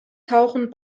tauchen